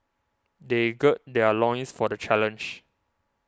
they gird their loins for the challenge